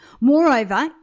Moreover